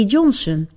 Johnson